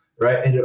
Right